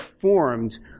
formed